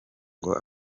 ngo